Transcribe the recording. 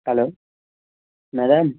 hello madam